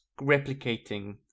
replicating